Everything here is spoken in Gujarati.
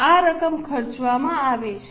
આ રકમ ખર્ચવામાં આવી છે